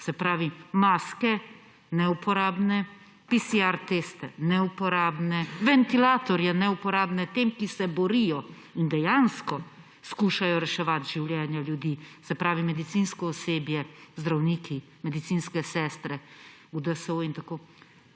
se pravi maske – neuporabne, PCR teste – neuporabne, ventilatorje – neuporabne, tem, ki se borijo in dejansko skušajo reševati življenja ljudi – se pravi, medicinsko osebje, zdravniki, medicinske sestre – v DSO-jih, to